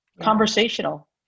conversational